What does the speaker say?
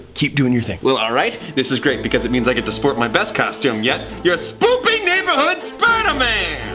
keep doing your thing. t well, alright! this is great because it means i get to sport my best costume yet, your spoopy neighbourhood spider-man!